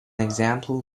example